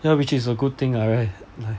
ya which is a good thing lah right like